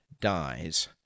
dies